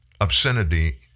obscenity